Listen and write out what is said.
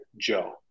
Joe